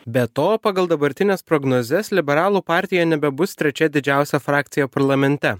be to pagal dabartines prognozes liberalų partija nebebus trečia didžiausia frakcija parlamente